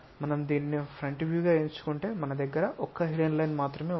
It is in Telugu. మనం దీనిని ఫ్రంట్ వ్యూ గా ఎంచుకుంటే మన దగ్గర ఒక్క హిడెన్ లైన్ మాత్రమే ఉంది